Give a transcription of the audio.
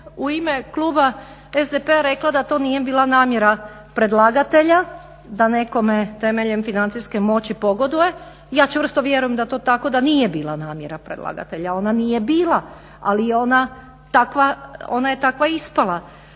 u ime Kluba SDP-a rekla da to nije bila namjera predlagatelja da nekome temeljem financijske moći pogoduje. Ja čvrsto vjerujem da to nije bila namjera predlagatelja. Ona nije bila ali ona je takva ispala.